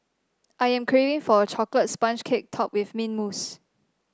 I am craving for a chocolate sponge cake topped with mint mousse